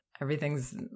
everything's